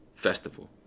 festival